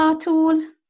tool